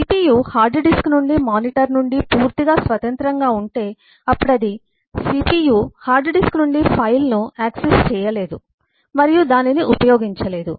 CPU hard disk నుండి మరియు monitor నుండి పూర్తిగా స్వతంత్రంగా ఉంటే అప్పుడు CPU హార్డ్ డిస్క్ నుండి ఫైల్ ను యాక్సెస్ చేయలేదు మరియు దానిని ఉపయోగించలేదు